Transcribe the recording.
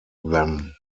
them